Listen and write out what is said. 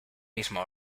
mismo